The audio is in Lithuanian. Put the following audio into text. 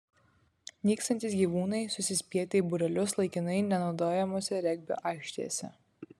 nykstantys gyvūnai susispietę į būrelius laikinai nenaudojamose regbio aikštėse